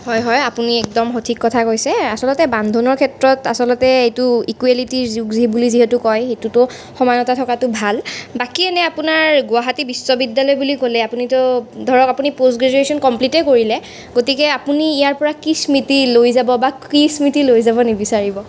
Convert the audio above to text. হয় হয় আপুনি একদম সঠিক কথাই কৈছে আচলতে বান্ধোনৰ ক্ষেত্ৰত আচলতে এইটো ইকুৱেলিটীৰ যুগ বুলি যিহেতু কয় সেইটো সমানতা থকাতো ভাল বাকী এনে আপোনাৰ গুৱাহাটী বিশ্ববিদ্যালয় বুলি ক'লে আপুনিটো ধৰক পষ্ট গ্ৰেজুৱেট কমপ্লিটেই কৰিলে গতিকে আপুনি ইয়াৰপৰা কি স্মৃতি লৈ যাব বা কি স্মৃতি লৈ যাব নিবিচাৰিব